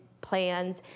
plans